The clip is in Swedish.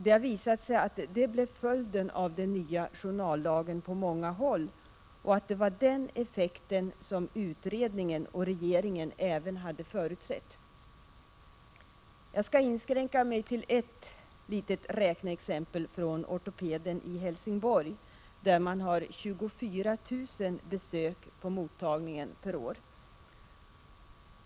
Det har visat sig att detta på många håll blev följden av den nya journallagen. Det var denna effekt som utredningen och regeringen hade förutsett. Jag skall inskränka mig till ett litet räkneexempel från ortopeden i Helsingborg, där man har 24 000 besök på mottagningen per år.